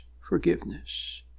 forgiveness